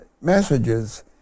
messages